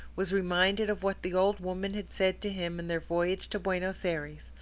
was reminded of what the old woman had said to him in their voyage to buenos ayres,